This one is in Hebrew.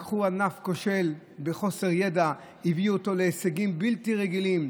לקחו ענף כושל ובחוסר ידע והביאו אותו להישגים בלתי רגילים.